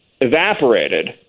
evaporated